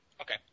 Okay